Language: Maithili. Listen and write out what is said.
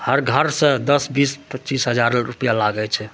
हर घरसँ दस बीस पचीस हजार रूपैआ लागय छै